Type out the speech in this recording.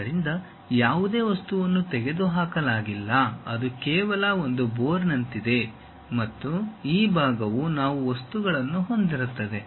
ಆದ್ದರಿಂದ ಯಾವುದೇ ವಸ್ತುವನ್ನು ತೆಗೆದುಹಾಕಲಾಗಿಲ್ಲ ಅದು ಕೇವಲ ಒಂದು ಬೋರ್ನಂತಿದೆ ಮತ್ತು ಈ ಭಾಗವು ನಾವು ವಸ್ತುಗಳನ್ನು ಹೊಂದಿರುತ್ತದೆ